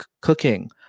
cooking